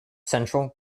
central